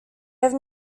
have